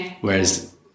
whereas